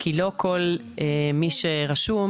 כי לא כל מי שרשום,